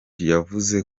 yavuze